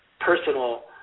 personal